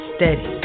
Steady